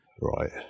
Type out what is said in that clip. right